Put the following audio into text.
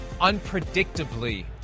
unpredictably